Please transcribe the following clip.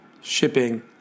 shipping